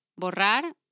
Borrar